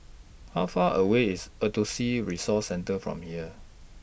How Far away IS Autism Resource Centre from here